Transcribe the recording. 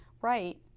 Right